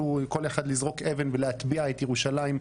והם יכלו כל אחד לזרוק אבן ולהטביע את ירושלים,